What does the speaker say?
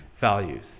values